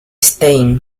stein